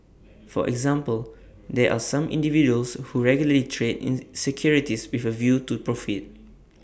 for example there are some individuals who regularly trade in securities with A view to profit